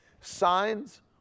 Signs